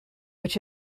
which